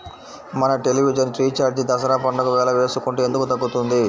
మన television recharge Dasara పండగ వేళ వేసుకుంటే ఎందుకు తగ్గుతుంది?